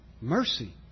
mercy